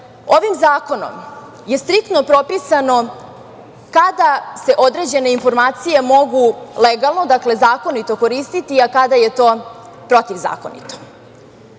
Ovim zakonom je striktno propisano kada se određene informacije mogu legalno, dakle zakonito, koristiti a kada je to protivzakonito. Ovakvim